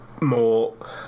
more